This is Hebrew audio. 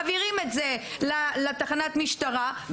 מעבירים את זה לתחנת המשטרה,